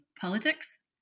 politics